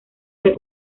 fue